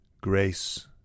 grace